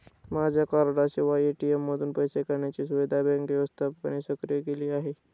माझ्या कार्डाशिवाय ए.टी.एम मधून पैसे काढण्याची सुविधा बँक व्यवस्थापकाने सक्रिय केली आहे